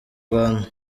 rwanda